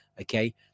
okay